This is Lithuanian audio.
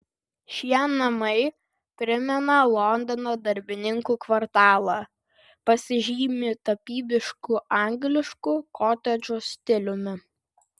šie namai primena londono darbininkų kvartalą pasižymi tapybišku angliškų kotedžų stiliumi